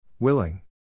Willing